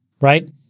right